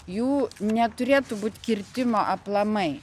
jų neturėtų būt kirtimo aplamai